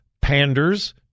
panders